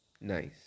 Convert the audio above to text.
nice